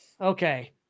okay